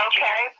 Okay